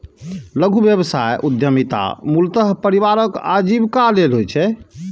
लघु व्यवसाय उद्यमिता मूलतः परिवारक आजीविका लेल होइ छै